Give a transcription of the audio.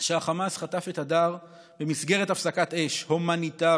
לזכור שהחמאס חטף את הדר במסגרת הפסקת אש הומניטרית,